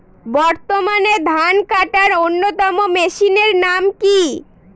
বর্তমানে ধান কাটার অন্যতম মেশিনের নাম কি?